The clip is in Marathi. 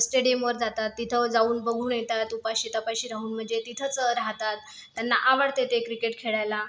स्टेडियमवर जातात तिथं जाऊन बघून येतात उपाशी तापाशी राहून म्हणजे तिथंच राहतात त्यांना आवडते ते क्रिकेट खेळायला